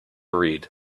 read